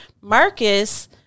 Marcus